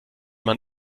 man